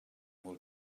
will